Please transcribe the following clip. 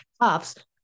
puffs